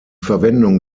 verwendung